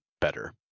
better